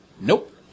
Nope